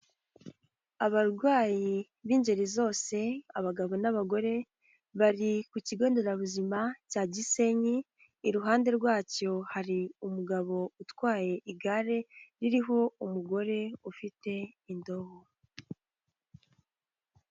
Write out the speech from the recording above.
Abarwayi b'ingeri zose, abagabo n'abagore, bari ku kigo nderabuzima cya Gisenyi, iruhande rwacyo hari umugabo utwaye igare ririho umugore ufite indobo.